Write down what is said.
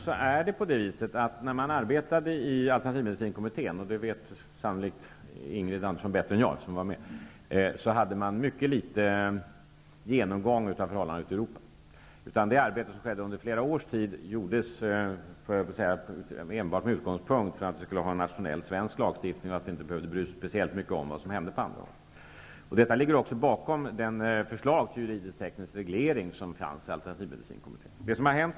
När man arbetade i alternativmedicinkommittén -- och det vet sannolikt Ingrid Andersson bättre än jag eftersom hon satt med där -- studerade man mycket litet förhållandena ute i Europa. Arbetet som under flera års tid gjordes skedde enbart med utgångspunkt i en nationell svensk lagstiftning och att vi inte behövde bry oss så mycket om vad som hände på annat håll. Detta förhållande ligger bakom förslaget till jurisk-teknisk reglering som alternativmedicinkommittén framlade.